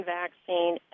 vaccine